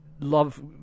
love